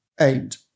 aimed